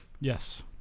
yes